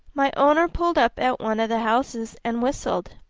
my owner pulled up at one of the houses and whistled.